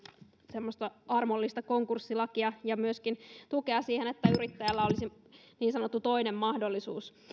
semmoista armollista konkurssilakia ja myöskin tukea siihen että yrittäjällä olisi niin sanottu toinen mahdollisuus